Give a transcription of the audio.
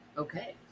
Okay